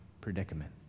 predicament